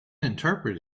interpret